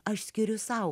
aš skiriu sau